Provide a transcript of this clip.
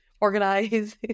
organize